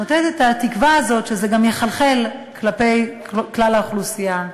נותנת את התקווה הזאת שזה גם יחלחל כלפי כלל האוכלוסייה.